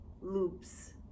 loops